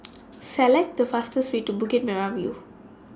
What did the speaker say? Select The fastest Way to Bukit Merah View